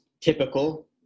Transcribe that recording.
typical